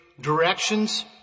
directions